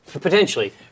Potentially